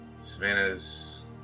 Savannah's